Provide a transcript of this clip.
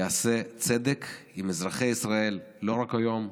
יעשה צדק עם אזרחי ישראל לא רק היום,